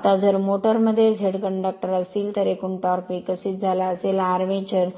आता जर मोटर मध्ये झेड कंडक्टर असतील तर एकूण टॉर्क विकसित झाला असेल आर्मेचर